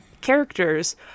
characters